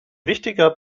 wichtiger